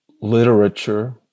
literature